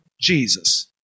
Jesus